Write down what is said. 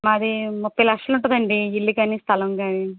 మాది ముప్పై లక్షలుంటుందండి ఇల్లు కనీ స్థలం కానీ